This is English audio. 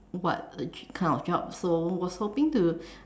what a kind of job so was hoping to